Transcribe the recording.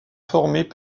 formaient